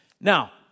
Now